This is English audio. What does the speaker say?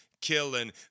killing